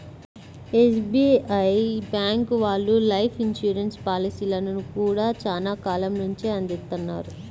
SBI bank వాళ్ళు life insurance పాలసీలను గూడా చానా కాలం నుంచే అందిత్తన్నారు